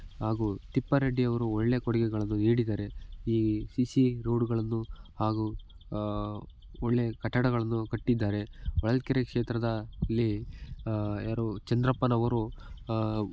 ಹಾಗೂ ತಿಪ್ಪಾರೆಡ್ಡಿಯವರು ಒಳ್ಳೆಯ ಕೊಡುಗೆಗಳನ್ನು ನೀಡಿದ್ದಾರೆ ಈ ಸಿ ಸಿ ರೋಡುಗಳನ್ನು ಹಾಗೂ ಒಳ್ಳೆಯ ಕಟ್ಟಡಗಳನ್ನು ಕಟ್ಟಿದ್ದಾರೆ ಹೊಳಲ್ಕೆರೆ ಕ್ಷೇತ್ರದ ಅಲ್ಲಿ ಯಾರು ಚಂದ್ರಪ್ಪನವರು